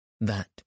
that